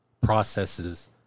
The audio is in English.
processes